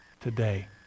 today